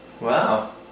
Wow